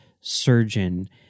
surgeon